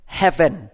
heaven